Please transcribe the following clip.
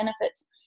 benefits